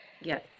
Yes